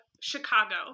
Chicago